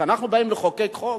כשאנחנו באים לחוקק חוק